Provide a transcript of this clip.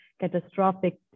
catastrophic